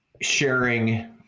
sharing